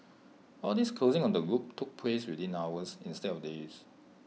all this closing of the loop took place within hours instead of days